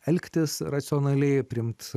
elgtis racionaliai priimti